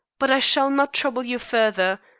but i shall not trouble you further.